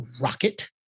rocket